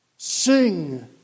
Sing